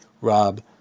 Rob